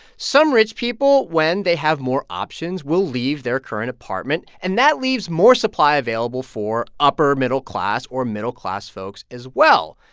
some rich people, when they have more options, will leave their current apartment. and that leaves more supply available for upper-middle-class or middle-class folks as well.